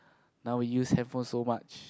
now we use handphone so much